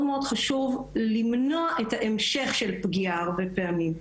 מאוד חשוב למנוע את ההמשך של הפגיעה הרבה פעמים.